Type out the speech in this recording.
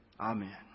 Amen